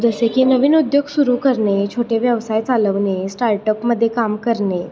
जसे की नवीन उद्योग सुरू करणे छोटे व्यवसाय चालवणे स्टार्टअपमध्ये काम करणे